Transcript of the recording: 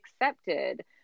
accepted